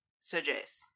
suggest